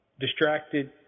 distracted